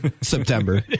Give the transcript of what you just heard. September